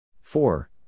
Four